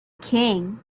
king